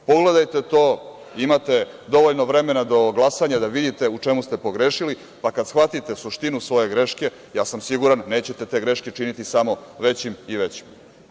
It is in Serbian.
Pogledajte to, imate dovoljno vremena do glasanja da vidite u čemu ste pogrešili, pa kada shvatite suštinu svoje greške, siguran sam da nećete te greške činiti samo većim i većim.